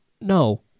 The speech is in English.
No